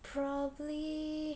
probably